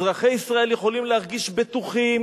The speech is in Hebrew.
אזרחי ישראל יכולים להרגיש בטוחים